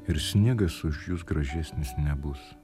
ir sniegas už jus gražesnis nebus